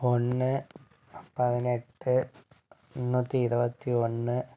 ஒன்று பதினெட்டு முன்னூற்றி இருபத்தி ஒன்று